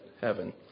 heaven